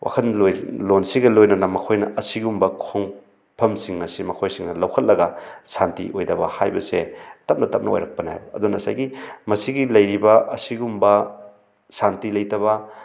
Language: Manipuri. ꯋꯥꯈꯜꯂꯣꯟ ꯂꯣꯟꯁꯤꯒ ꯂꯣꯏꯅꯅ ꯃꯈꯣꯏꯅ ꯑꯁꯤꯒꯨꯝꯕ ꯈꯣꯡꯐꯝꯁꯤꯡ ꯑꯁꯤ ꯃꯈꯣꯏꯁꯤꯡꯅ ꯂꯧꯈꯠꯂꯒ ꯁꯥꯟꯇꯤ ꯑꯣꯏꯗꯕ ꯍꯥꯏꯕꯁꯦ ꯇꯞꯅ ꯇꯞꯅ ꯑꯣꯏꯔꯛꯄꯅꯦ ꯍꯥꯏꯕ ꯑꯗꯣ ꯉꯁꯥꯏꯒꯤ ꯃꯁꯤꯒꯤ ꯂꯩꯔꯤꯕ ꯑꯁꯤꯒꯨꯝꯕ ꯁꯥꯟꯇꯤ ꯂꯩꯇꯕ